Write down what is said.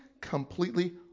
completely